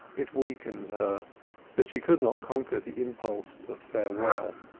it weakened her but she could not conquer the impulse of farewell,